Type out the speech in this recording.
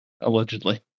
Allegedly